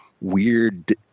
weird –